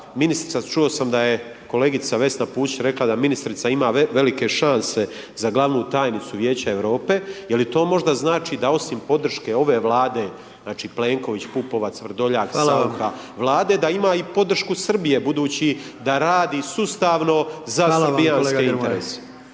ministrica čuo sam da je kolegica Vesna Pusić rekla da ministrica ima velike šanse za glavnu tajnicu Vijeća Europe, je li to možda znači da osim podrške ove Vlade, znači Plenković, Pupovac, Vrdoljak, Saucha …/Upadica: Hvala vam./… Vlade da ima i podršku Srbije budući da radi sustavno …/Upadica: Hvala